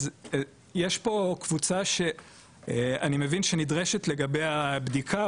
יש פה קבוצה שאני מבין שנדרשת לגביה בדיקה,